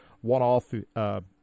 one-off